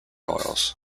oils